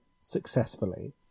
successfully